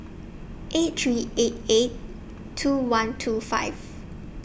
eight three eight eight two one two five